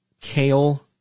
Kale